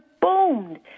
boomed